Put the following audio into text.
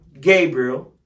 Gabriel